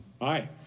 Aye